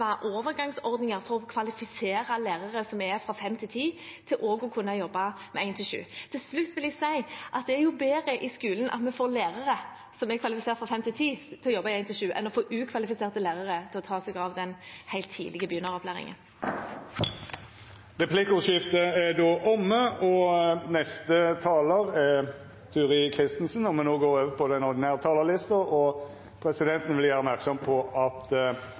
overgangsordninger for å kvalifisere lærere som er på 5–10, til også å kunne jobbe med 1–7. Til slutt vil jeg si at det er bedre for skolen at vi får lærere som er kvalifisert for 5–10, til å jobbe i 1–7, enn å få ukvalifiserte lærere til å ta seg av den helt tidlige begynneropplæringen. Replikkordskiftet er omme. Presidenten vil gjera merksam på at